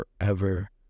forever